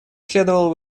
следовало